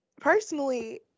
personally